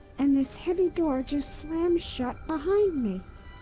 and this heavy door just slammed shut behind me.